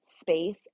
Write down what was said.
space